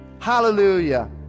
hallelujah